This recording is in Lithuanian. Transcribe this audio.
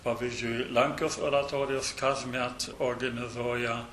pavyzdžiui lenkijos oratorijos kasmet organizuoja